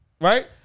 Right